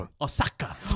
Osaka